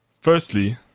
Firstly